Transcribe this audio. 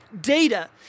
data